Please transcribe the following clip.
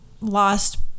lost